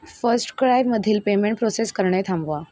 फस्टक्रायमधील payment process करणे थांबवा